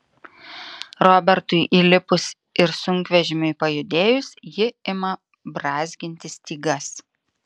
robertui įlipus ir sunkvežimiui pajudėjus ji ima brązginti stygas